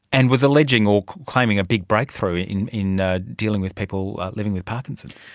and was alleging or claiming a big breakthrough in in ah dealing with people living with parkinson's.